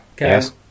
Yes